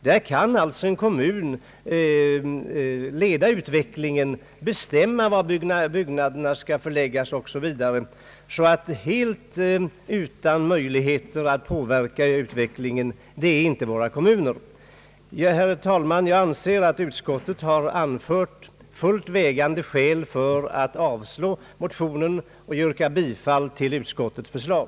Därigenom kan en kommun leda utvecklingen, bestämma var byggnaderna skall förläggas osv. Våra kommuner är alltså inte helt utan möjligheter att påverka utvecklingen. Herr talman! Jag anser att utskottet har anfört fullt vägande skäl för avslag på motionen. Jag yrkar bifall till utskottets förslag.